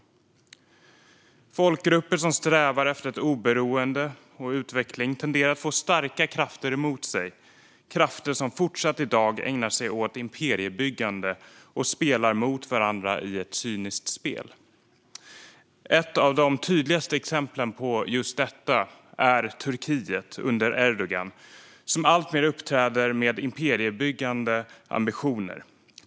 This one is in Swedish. Folkgrupper som strävar efter ett oberoende och utveckling tenderar att få starka krafter emot sig, krafter som fortsatt i dag ägnar sig åt imperiebyggande och spelar mot varandra i ett cyniskt spel. Ett av de tydligaste exemplen på just detta är Turkiet under Erdogan som alltmer uppträder med imperiebyggande ambitioner.